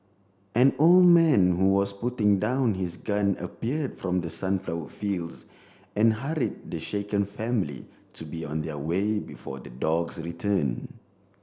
an old man who was putting down his gun appear from the sunflower fields and hurried the shaken family to be on their way before the dogs return